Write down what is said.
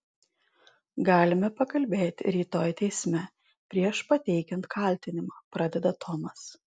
galime pakalbėti rytoj teisme prieš pateikiant kaltinimą pradeda tomas